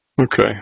Okay